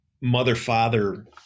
mother-father